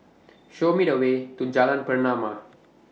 Show Me The Way to Jalan Pernama